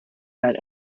had